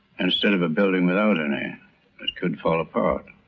and instead of a building without any that could fall apart.